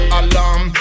alarm